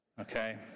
okay